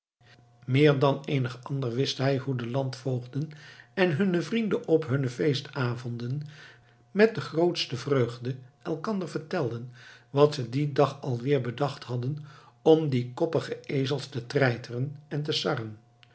meer dan eenig ander wist hij hoe de landvoogden en hunne vrienden op hunne avondfeesten met de grootste vreugde elkander vertelden wat ze dien dag alweer bedacht hadden om die koppige ezels te treiteren en te